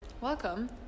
Welcome